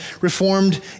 Reformed